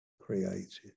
Created